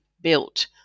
built